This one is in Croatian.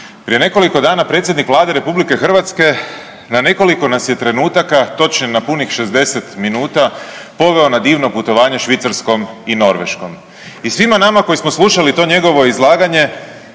Prije nekoliko dana predsjednik Vlade RH na nekoliko nas je trenutaka točno na punih 60 minuta poveo na divno putovanje Švicarskom i Norveškom i svima nama koji smo slušali to njegovo izlaganje